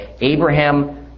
Abraham